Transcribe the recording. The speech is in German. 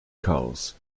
chaos